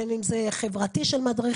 בין אם חברתי של מדריכים,